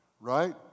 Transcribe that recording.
right